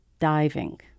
Diving